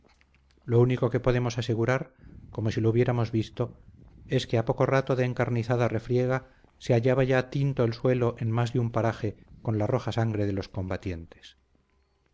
lo único que podemos asegurar como si lo hubiéramos visto es que a poco rato de encarnizada refriega se hallaba ya tinto el suelo en más de un paraje con la roja sangre de los combatientes